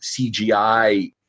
CGI